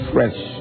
Fresh